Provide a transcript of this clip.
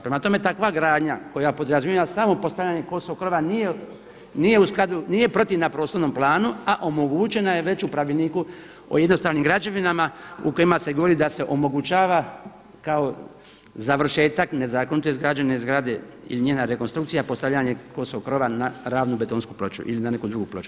Prema tome, takva gradnja koja podrazumijeva samo postavljanje kosog krova nije protivna prostornom planu, a omogućena je već u Pravilniku o jednostavnim građevinama u kojima se govori da se omogućava kao završetak nezakonito izgrađene zgrade ili njena rekonstrukcija postavljanje kosog krova na ravnu betonsku ploču ili na neku drugu ploču.